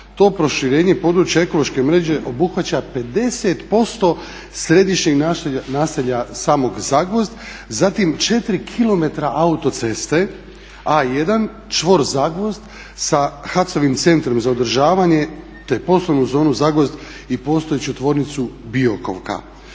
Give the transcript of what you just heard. to proširenje područja ekološke mreže obuhvaća 50% središnjeg naselja samog Zagvozd, zatim 4 kilometra autoceste A1 čvor Zagvozd sa HAC-ovim centrom za održavanjem te poslovnu zonu Zagvozd i postojeću tvornicu Biokovka.